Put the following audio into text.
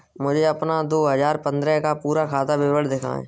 मुझे अपना दो हजार पन्द्रह का पूरा खाता विवरण दिखाएँ?